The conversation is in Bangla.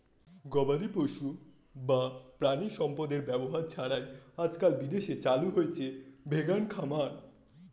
গবাদিপশু বা প্রাণিসম্পদের ব্যবহার ছাড়াই আজকাল বিদেশে চালু হয়েছে ভেগান খামার